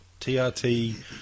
TRT